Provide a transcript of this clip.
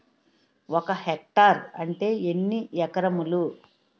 ఒక హెక్టార్ అంటే ఎన్ని ఏకరములు?